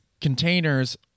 containers